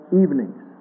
evenings